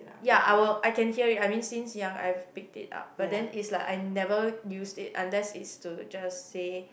ya I will I can hear it I mean since young I've picked it up but then is like I've never used it unless is to just say